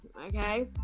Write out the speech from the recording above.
okay